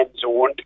zoned